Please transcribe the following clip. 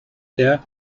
der